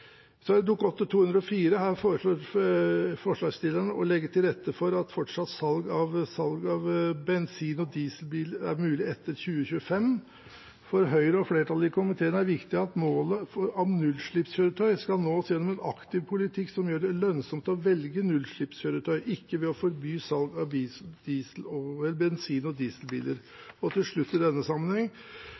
foreslår forslagstillerne å legge til rette for at fortsatt salg av bensinbiler og dieselbiler skal være mulig etter 2025. For Høyre og resten av flertallet i komiteen er det viktig at målet om nullutslippskjøretøy skal nås gjennom en aktiv politikk som gjør det lønnsomt å velge nullutslippskjøretøy, ikke ved å forby salg av bensinbiler og dieselbiler. Til slutt i denne sammenheng: